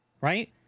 Right